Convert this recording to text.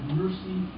mercy